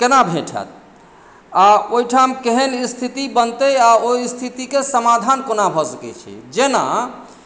केना भेँट होयत आ ओहिठाम केहन स्थिति बनतै आ ओहि स्थितिके समाधान कोना भऽ सकैत छै जेना